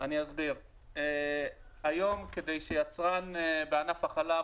היום כשיצרן בענף החלב,